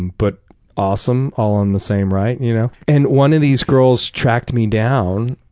but awesome all in the same right. you know and one of these girls tracked me down.